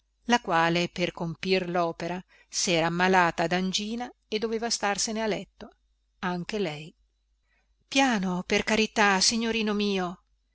la quale per compir lopera sera ammalata dangina e doveva starsene a letto anche lei piano per carità signorino mio